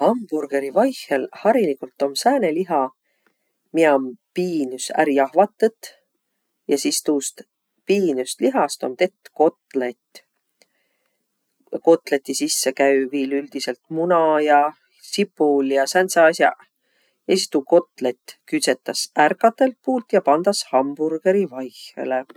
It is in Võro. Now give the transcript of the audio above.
Hamburgõri vaihõl hariligult om sääne liha, miä om piinüs ärq jahvatõt. Ja sis tuust piinüst lihast om tett kotlet. Kotleti sisse käü viil üldiselt muna ja sipul ja sääntseq as'aq. Ja sis tuu kotlet küdsetäs ärq katõlt puult ja pandas hamburgõri vaihõlõ.